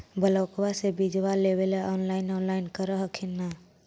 ब्लोक्बा से बिजबा लेबेले ऑनलाइन ऑनलाईन कर हखिन न?